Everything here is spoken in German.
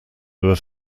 über